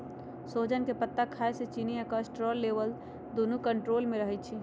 सोजन के पत्ता खाए से चिन्नी आ कोलेस्ट्रोल लेवल दुन्नो कन्ट्रोल मे रहई छई